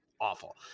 awful